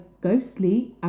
ghostly